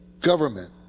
government